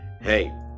Hey